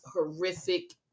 horrific